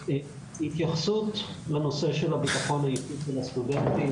התייחסות לנושא של הבטחון האישי של הסטודנטים,